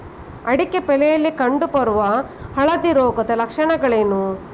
ಅಡಿಕೆ ಬೆಳೆಯಲ್ಲಿ ಕಂಡು ಬರುವ ಹಳದಿ ರೋಗದ ಲಕ್ಷಣಗಳೇನು?